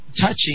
touching